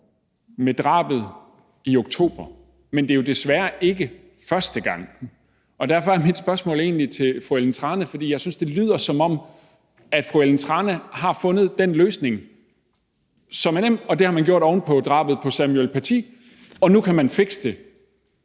med drabet i oktober, men det er jo desværre ikke første gang. Derfor har jeg egentlig et spørgsmål til fru Ellen Trane Nørby, for jeg synes, det lyder, som om fru Ellen Trane Nørby har fundet den løsning, som er nem, og at det har man gjort ovenpå drabet på Samuel Paty, og nu kan man fikse det.